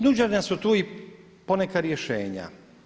Nuđena su tu i poneka rješenja.